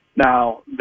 Now